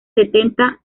setenta